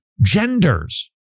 genders